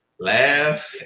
Laugh